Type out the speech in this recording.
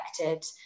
affected